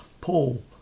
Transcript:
Paul